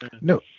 No